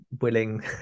willing